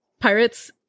pirates